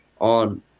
on